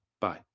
Bye